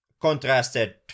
contrasted